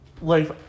life